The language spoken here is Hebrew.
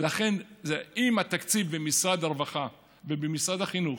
אם התקציב במשרד הרווחה ובמשרד החינוך,